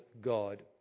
god